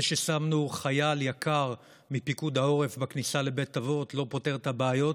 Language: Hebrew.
זה ששמנו חייל יקר מפיקוד העורף בכניסה לבית אבות זה לא פותר את הבעיות